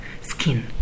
skin